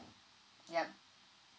yup